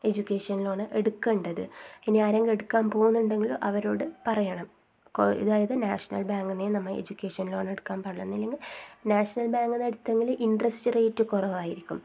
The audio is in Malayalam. എഡ്യൂക്കേഷൻ ലോണ് എടുക്കേണ്ടത് ഇനി ആരെങ്കിലും എടുക്കാൻ പോകുന്നുണ്ടെങ്കിൽ അവരോട് പറയണം അതായത് നാഷണൽ ബാങ്കിൽ നിന്നെ നമ്മൾ എഡ്യൂക്കേഷൻ ലോണ് എടുക്കാൻ പാടുള്ളൂ ഒന്നല്ലെങ്കിൽ നാഷണൽ ബാങ്കിൽ നിന്നു എടുത്തെങ്കിൽ ഇൻ്ററെസ്റ്റ് റേയ്റ്റ് കുറവായിരിക്കും